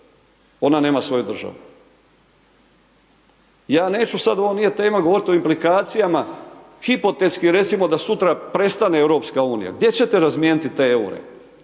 ona nema svoju državu. Ja neću sada, ovo nije tema govoriti o implikacijama, hipotetski, recimo da sutra prestane EU, gdje ćete razmijeniti te eure?